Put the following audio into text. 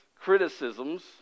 criticisms